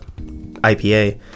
IPA